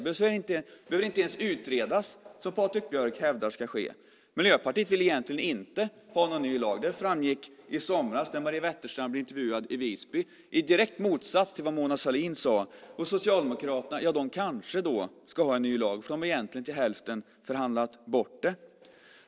Det behöver inte ens utredas, som Patrik Björck hävdar ska ske. Miljöpartiet vill egentligen inte ha någon ny lag. Det framgick i somras när Maria Wetterstrand blev intervjuad i Visby. Det står i direkt motsats till det Mona Sahlin sade. Socialdemokraterna ska kanske ha en ny lag, för de har egentligen till hälften förhandlat bort den.